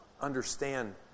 understand